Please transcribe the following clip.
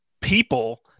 people